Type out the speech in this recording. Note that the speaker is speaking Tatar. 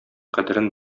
кадерен